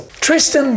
Tristan